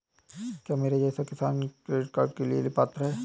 क्या मेरे जैसा किसान किसान क्रेडिट कार्ड के लिए पात्र है?